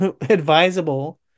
advisable